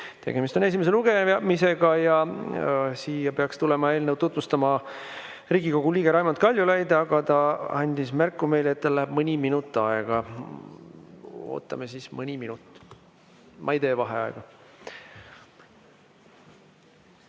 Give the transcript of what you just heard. Tegemist on esimese lugemisega. Siia peaks tulema eelnõu tutvustama Riigikogu liige Raimond Kaljulaid, aga ta andis meile märku, et tal läheb mõni minut aega. Ootame siis mõne minuti. Ma ei tee vaheaega.